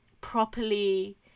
properly